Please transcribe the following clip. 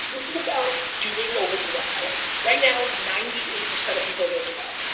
this is about doing over dwelling. right now, ninety eight percent of people are gonna dwell.